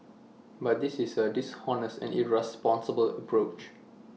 but this is A dishonest and irresponsible approach